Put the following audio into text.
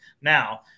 Now